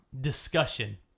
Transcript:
discussion